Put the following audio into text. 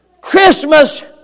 Christmas